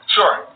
Sure